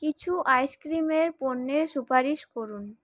কিছু আইসক্রিমের পণ্যের সুপারিশ করুন